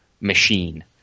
machine